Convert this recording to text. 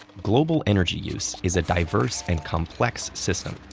global energy use is a diverse and complex system,